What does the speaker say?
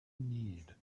need